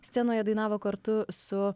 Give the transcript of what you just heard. scenoje dainavo kartu su